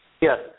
Yes